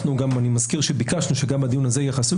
אני מזכיר שביקשנו שגם הדיון הזה יהיה חסוי,